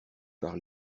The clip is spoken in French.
par